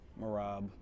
Marab